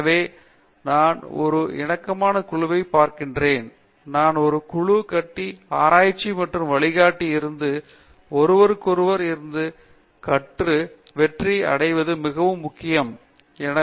எனவே நான் ஒரு இணக்கமான குழுவை பார்க்கிறேன் நான் ஒரு குழு கட்டி ஆராய்ச்சி மற்றும் வழிகாட்டி இருந்து ஒருவருக்கொருவர் இருந்து கற்று வெற்றி அடைவது மிகவும் முக்கியம் என்று கூறுவேன்